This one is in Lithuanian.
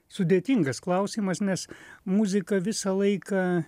sudėtingas klausimas nes muzika visą laiką